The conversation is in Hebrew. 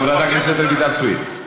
חברת הכנסת רויטל סויד.